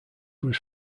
was